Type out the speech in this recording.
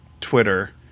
Twitter